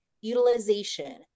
utilization